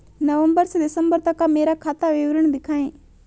नवंबर से दिसंबर तक का मेरा खाता विवरण दिखाएं?